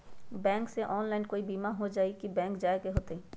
Bank से online कोई बिमा हो जाई कि बैंक जाए के होई त?